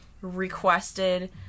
requested